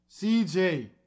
CJ